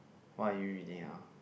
what are you reading now